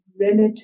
relative